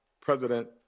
President